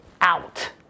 out